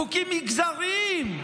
חוקים מגזריים,